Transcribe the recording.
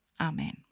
Amen